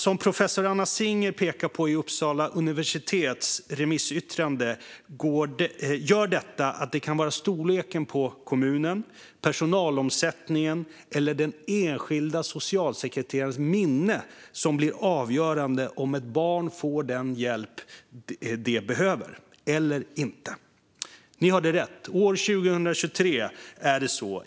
Som professor Anna Singer pekar på i Uppsala universitets remissyttrande gör detta att det kan vara storleken på kommunen, personalomsättningen eller den enskilda socialsekreterarens minne som blir avgörande för om ett barn får den hjälp det behöver eller inte. Ni hörde rätt. År 2023 är det så.